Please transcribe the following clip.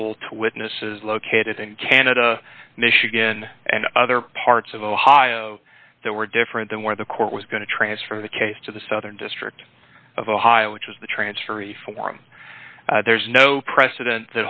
to witnesses located in canada michigan and other parts of ohio that were different than where the court was going to transfer the case to the southern district of ohio which was the transferee form there's no precedent